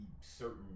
certain